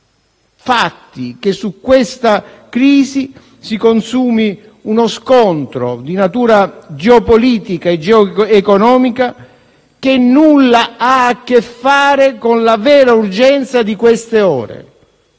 evitare che su questa crisi si consumi uno scontro di natura geopolitica e geoeconomica che nulla ha a che fare con la vera urgenza di queste ore: